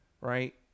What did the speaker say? right